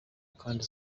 kandi